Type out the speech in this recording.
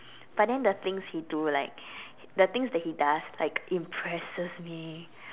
but then the things he do like the things that he does impresses me